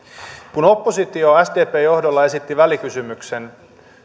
kun oppositio sdpn johdolla esitti